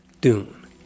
Dune